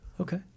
Okay